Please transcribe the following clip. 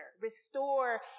restore